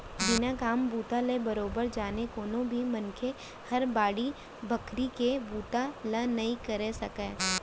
बिना काम बूता ल बरोबर जाने कोनो भी मनसे हर बाड़ी बखरी के बुता ल नइ करे सकय